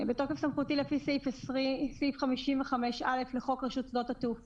התשפ"א-2020 בתוקף סמכותי לפי סעיף 55(א) לחוק רשות התעופה,